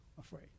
afraid